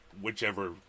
whichever